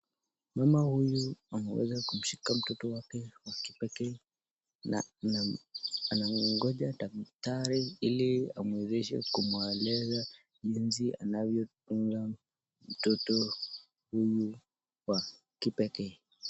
Mama huyu ameweza kumshika mtoto wake wa kipekee na anamngoja daktari ili amwezeshe kumweleza jinsi anavyofunga mtoto huyu wa kipekee.